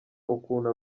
ukuntu